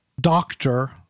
Doctor